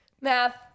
math